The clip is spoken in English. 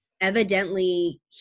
Evidently